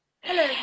Hello